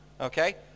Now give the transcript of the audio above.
Okay